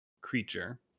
creature